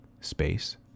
space